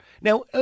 Now